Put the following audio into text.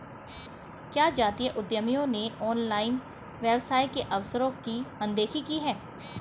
क्या जातीय उद्यमियों ने ऑनलाइन व्यवसाय के अवसरों की अनदेखी की है?